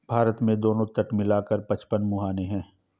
भारत में दोनों तट मिला कर पचपन मुहाने हैं